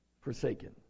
forsaken